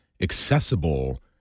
accessible